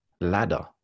ladder